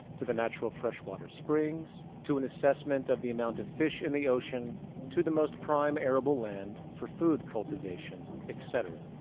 to the natural fresh water springs. to an assessment of the amount of fish in the ocean to the most prime arable land for food cultivation, etc.